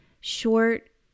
short